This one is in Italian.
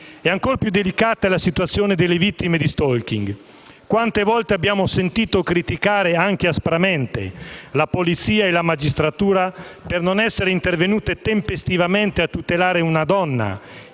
E ancor più delicata è la situazione delle vittime di *stalking*. Quante volte abbiamo sentito criticare, anche aspramente, la polizia e la magistratura per non essere intervenute tempestivamente a tutelare una donna,